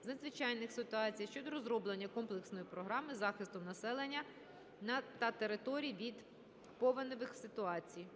з надзвичайних ситуацій щодо розроблення комплексної програми захисту населення та територій від повеневих ситуацій.